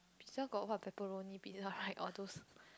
pizza got what pepperoni pizza right all those